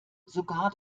sogar